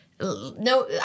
no